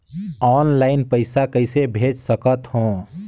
Online पइसा कइसे भेज सकत हो?